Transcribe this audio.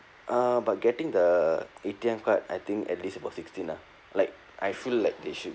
uh but getting the A_T_M card I think at least about sixteen lah like I feel like they should